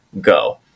go